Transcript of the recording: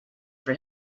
for